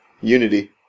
Unity